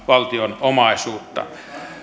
valtion omaisuutta kuin viime kaudella